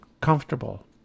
comfortable